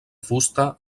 fusta